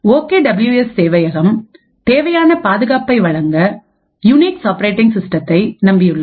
okay W S சேவையகம்தேவையான பாதுகாப்பை வழங்க யூனிக்ஸ் ஆப்பரேட்டிங் சிஸ்டத்தை நம்பியுள்ளது